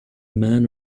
man